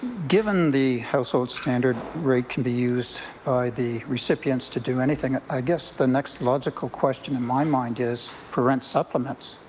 given the household standard rate can be used by the recipients to do anything, i guess the next logical question in my mind is for rent supplements.